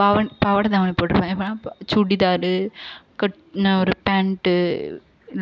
பாவன் பாவடை தாவணி போட்டிருப்பேன் இப்பனா சுடிதார் கட் ஒரு பேண்ட்